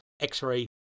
X-Ray